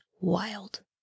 wild